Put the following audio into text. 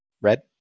Red